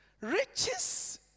riches